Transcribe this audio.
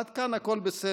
עד כאן הכול בסדר.